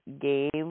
game